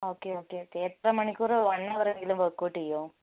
okay okay okay എത്ര മണിക്കൂർ one hour എങ്കിലും വർക്ക്ഔട്ട് ചെയ്യുമോ